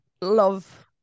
love